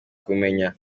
kumenya